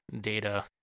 data